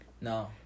No